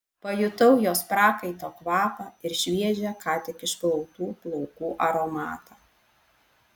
pajutau jos prakaito kvapą ir šviežią ką tik išplautų plaukų aromatą